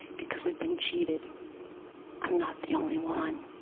because we've been cheated. i'm not the only one,